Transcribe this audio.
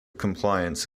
compliance